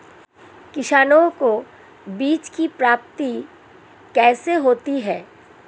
किसानों को बीज की प्राप्ति कैसे होती है?